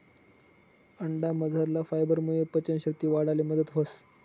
अंडामझरला फायबरमुये पचन शक्ती वाढाले मदत व्हस